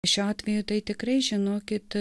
šiuo atveju tai tikrai žinokit